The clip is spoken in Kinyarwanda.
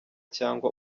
cyangwa